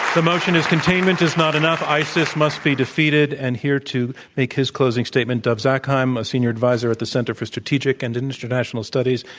the motion is containment is not enough isis must be defeated. and here to make his closing statement, dov zakheim, a senior adviser at the center for strategic and international studies,